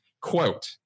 quote